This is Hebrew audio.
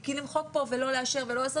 כי למחוק פה ולא לאשר ולא לאשר,